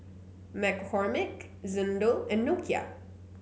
McCormick Xndo and Nokia